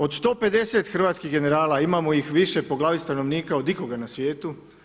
Od 150 hrvatskih generala imamo ih više po glavi stanovnika od ikoga na svijetu.